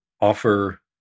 offer